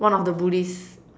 one of the bullies